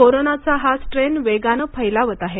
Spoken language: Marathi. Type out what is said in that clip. कोरोनाचा हा स्ट्रेन वेगाने फैलावत आहे